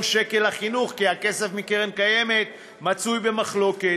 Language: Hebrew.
שקל לחינוך כי הכסף מקרן קיימת מצוי במחלוקת.